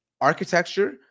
architecture